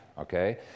Okay